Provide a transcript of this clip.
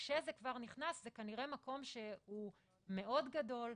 כשזה כבר נכנס, זה כנראה מקום שהוא מאוד גדול,